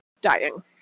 dying